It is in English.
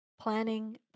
planning